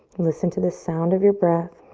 listen to the sound of your breath.